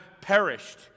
perished